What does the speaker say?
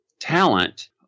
talent